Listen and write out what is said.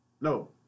No